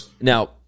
Now